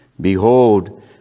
Behold